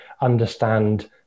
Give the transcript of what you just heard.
understand